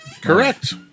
Correct